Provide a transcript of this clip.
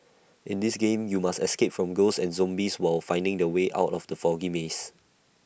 in this game you must escape from ghosts and zombies while finding the way out of the foggy maze